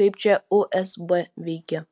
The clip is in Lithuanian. kaip čia usb veikia